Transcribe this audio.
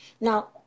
Now